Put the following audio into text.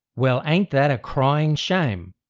well, ain't that a crying shame,